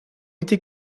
été